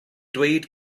dweud